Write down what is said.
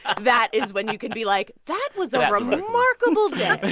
that is when you can be like, that was a remarkable day